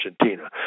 Argentina